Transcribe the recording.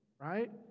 right